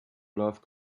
love